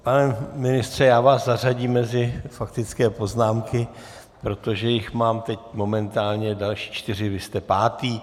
Pane ministře, já vás zařadím mezi faktické poznámky, protože jich mám teď momentálně další čtyři, vy jste pátý.